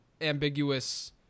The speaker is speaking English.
ambiguous